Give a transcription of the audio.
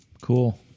Cool